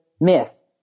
myth